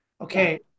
Okay